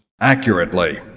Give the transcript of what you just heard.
accurately